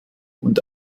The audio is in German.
und